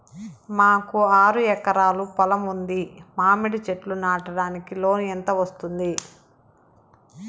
మాకు ఆరు ఎకరాలు పొలం ఉంది, మామిడి చెట్లు నాటడానికి లోను ఎంత వస్తుంది?